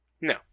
No